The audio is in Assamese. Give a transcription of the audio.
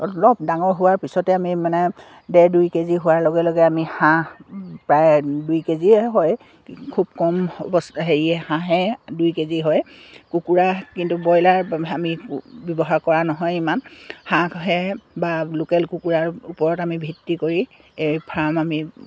অলপ ডাঙৰ হোৱাৰ পিছতে আমি মানে ডেৰ দুই কেজি হোৱাৰ লগে লগে আমি হাঁহ প্ৰায় দুই কেজিয়ে হয় খুব কম অৱস্থা হেৰিয়ে হাঁহে দুই কেজি হয় কুকুৰা কিন্তু ব্ৰইলাৰ আমি ব্যৱহাৰ কৰা নহয় ইমান হাঁহহে বা লোকেল কুকুৰাৰ ওপৰত আমি ভিত্তি কৰি এই ফাৰ্ম আমি